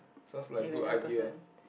sounds like good idea